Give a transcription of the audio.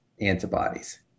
antibodies